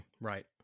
Right